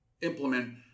implement